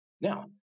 Now